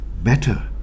Better